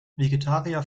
vegetarier